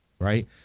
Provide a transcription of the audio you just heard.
Right